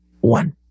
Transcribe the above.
one